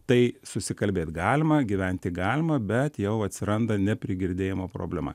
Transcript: tai susikalbėt galima gyventi galima bet jau atsiranda neprigirdėjimo problema